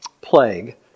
plague